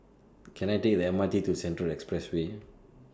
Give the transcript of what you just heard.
Can I Take The M R T to Central Expressway